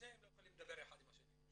שניהם לא יכולים לדבר אחד עם השני.